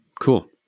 Cool